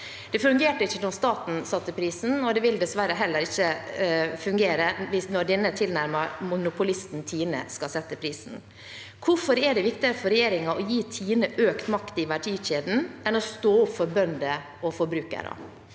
Det fungerte ikke da staten satte prisen, og det vil dessverre heller ikke fungere når denne tilnærmet monopolisten, TINE, skal sette prisen. Hvorfor er det viktigere for regjeringen å gi TINE økt makt i verdikjeden enn å stå opp for bønder og forbrukere?